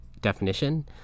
definition